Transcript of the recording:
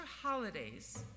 Holidays